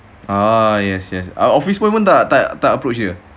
ah yes yes office boy pun tak approach dia